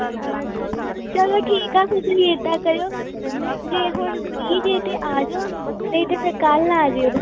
ਚਲੋ ਠੀਕ ਆ ਤੁਸੀਂ ਇੱਦਾਂ ਕਰਿਓ ਜੇ ਹੁਣ ਫਰੀ ਜੇ ਤਾਂ ਆਜੋ ਨਹੀਂ ਤਾਂ ਫਿਰ ਕੱਲ੍ਹ ਆ ਜਿਓ